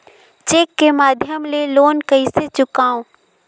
Cheque के माध्यम ले लोन कइसे चुकांव?